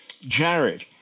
Jared